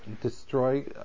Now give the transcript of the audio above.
destroy